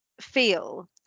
feel